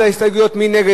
מי נגד ההסתייגויות?